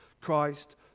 Christ